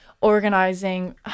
organizing